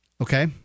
Okay